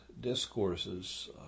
discourses